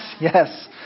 Yes